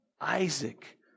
Isaac